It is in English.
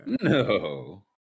No